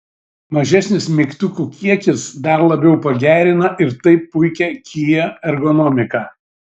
mažesnis mygtukų kiekis dar labiau pagerina ir taip puikią kia ergonomiką